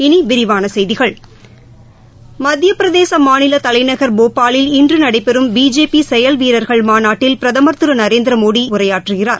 இனி விரிவான செய்திகள் மத்திய பிரதேச மாநில தலைநகர் போபாலில் இன்று நடைபெறும் பிஜேபி செயல் வீரர்கள் மாநாட்டில் பிரதமர் திரு நரேந்திரமோடி இன்று உரையாற்றுகிறார்